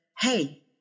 Hey